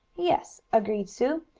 yes, agreed sue.